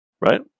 Right